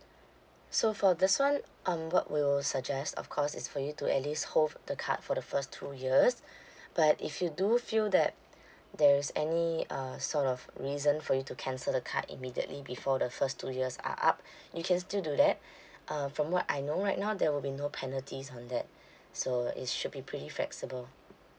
so for this [one] um what we'll suggest of course is for you at least hold the card for the first two years but if you do feel that there's any uh sort of reason for you to cancel the card immediately before the first two years are up you can still do that um from what I know right now there will be no penalties on that so it should be pretty flexible